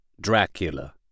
Dracula